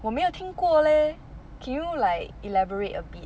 我没有听过 leh can you like elaborate a bit